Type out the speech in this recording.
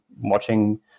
watching